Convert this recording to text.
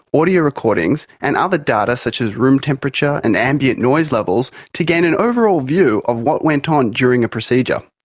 audio recordings and other data such as room temperature and ambient noise levels to gain an overall view of what went on during a procedure.